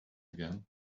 again